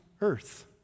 earth